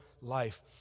life